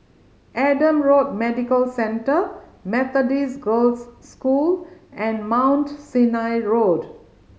Adam Road Medical Centre Methodist Girls' School and Mount Sinai Road